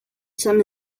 some